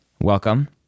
welcome